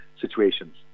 situations